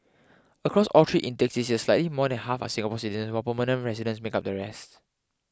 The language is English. across all three intakes this year slightly more than half are Singapore citizens while permanent residents make up the rest